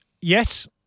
Yes